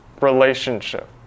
relationship